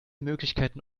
möglichkeiten